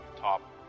top